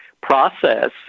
process